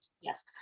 Yes